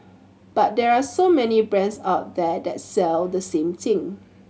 but there are so many brands out there that sell the same thing